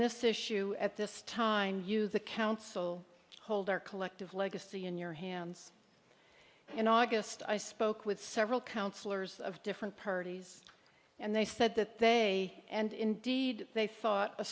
this issue at this time you the council hold our collective legacy in your hands in august i spoke with several councillors of different parties and they said that they and indeed they thought a